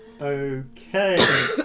Okay